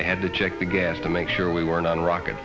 they had to check the gas to make sure we were in on rocket